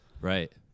Right